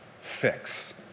fix